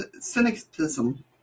cynicism